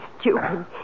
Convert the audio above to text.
stupid